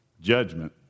judgment